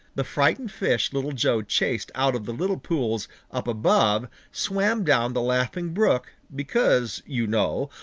the frightened fish little joe chased out of the little pools up above swam down the laughing brook, because, you know,